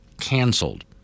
canceled